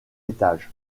étage